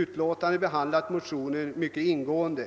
utlåtande behandlat vår motion ganska ingående.